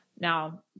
now